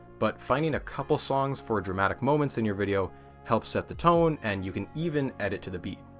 but finding a couple songs for dramatic moments in your video helps set the tone, and you can even edit to the beat.